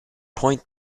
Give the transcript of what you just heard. point